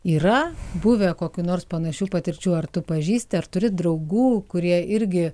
yra buvę kokių nors panašių patirčių ar tu pažįsti ar turi draugų kurie irgi